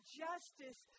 justice